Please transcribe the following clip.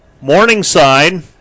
Morningside